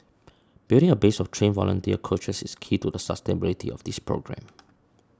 building a base of trained volunteer coaches is key to the sustainability of this programme